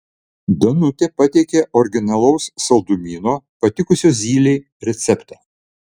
danutė pateikė originalaus saldumyno patikusio zylei receptą